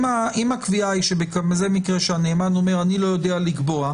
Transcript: אם הקביעה היא שזה מקרה שהנאמן אומר אני לא יודע לקבוע,